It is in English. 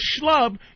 schlub